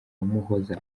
muhoza